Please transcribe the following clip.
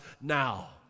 now